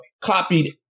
copied